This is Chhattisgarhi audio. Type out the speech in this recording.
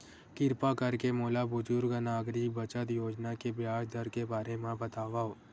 किरपा करके मोला बुजुर्ग नागरिक बचत योजना के ब्याज दर के बारे मा बतावव